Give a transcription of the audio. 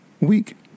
week